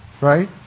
right